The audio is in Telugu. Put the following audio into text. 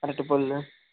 అరటిపళ్ళు